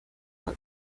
but